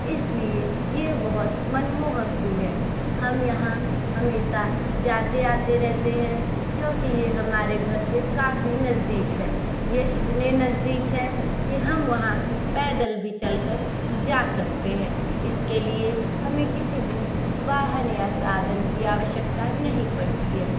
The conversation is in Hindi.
इसलिए ये बहुत मनमोहक भी है हम यहाँ हमेशा जाते आते रहते हैं क्योंकि यह हमारे घर से काफ़ी नज़दीक है ये इतने नज़दीक है कि हम वहाँ पैदल भी चलकर जा सकते हैं इसके लिए हमें किसी भी वाहन या साधन की आवश्यकता नहीं पड़ती है